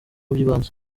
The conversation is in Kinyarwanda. byibanze